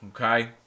okay